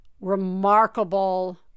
remarkable